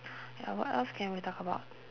ya what else can we talk about